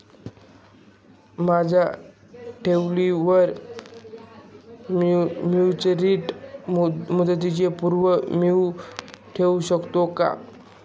माझ्या ठेवीवर मॅच्युरिटी मुदतीच्या पूर्वी ठेव मिळू शकते का?